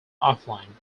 offline